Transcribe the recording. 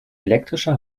elektrischer